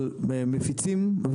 אבל מפיצים,